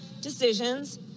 decisions